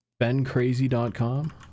BenCrazy.com